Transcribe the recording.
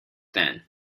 then